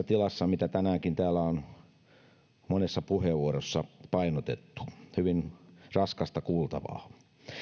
tilassa mitä tänäänkin täällä on monessa puheenvuorossa painotettu hyvin raskasta kuultavaa